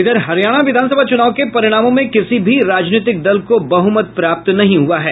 इधर हरियाणा विधानसभा चुनाव के परिणामों में किसी भी राजनीतिक दल को बहुमत प्राप्त नहीं हुआ है